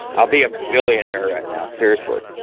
i'll be a millionaire right now seriously